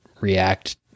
react